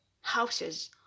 houses